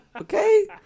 okay